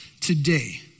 Today